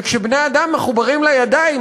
וכשבני-אדם מחוברים לידיים,